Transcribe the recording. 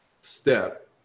step